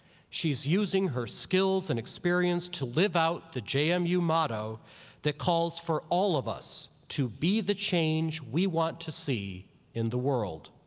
she's using her skills and experience to live out the jmu um motto that calls for all of us to be the change we want to see in the world.